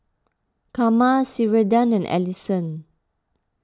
Karma Sheridan and Allyson